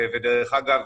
ודרך אגב,